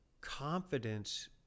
confidence